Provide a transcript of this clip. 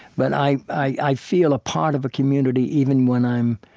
but i i feel a part of a community even when i'm